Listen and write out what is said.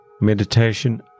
Meditation